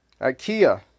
IKEA